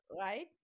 right